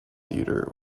theater